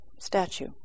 statue